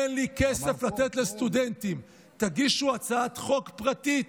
אין לי כסף לתת לסטודנטים, תגישו הצעת חוק פרטית.